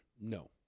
No